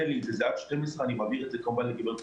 לא, זה חלק מהתשלום, זה חלק מאיזון תשלומים.